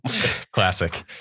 classic